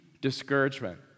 discouragement